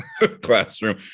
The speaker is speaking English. classroom